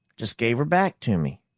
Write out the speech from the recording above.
just gave her back to me.